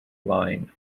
line